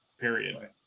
period